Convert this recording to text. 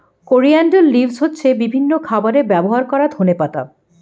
coriander leaves হচ্ছে বিভিন্ন খাবারে ব্যবহার করা ধনেপাতা